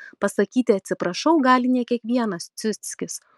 pasakyti atsiprašau gali ne kiekvienas ciuckis